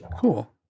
Cool